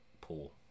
pool